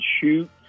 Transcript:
shoot